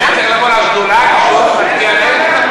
אני צריך לבוא לשדולה כשהוא מצביע נגד?